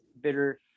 bitter